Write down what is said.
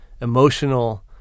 emotional